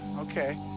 okay.